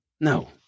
No